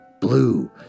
blue